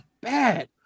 bad